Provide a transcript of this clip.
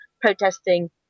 protesting